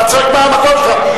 אתה צועק מהמקום שלך.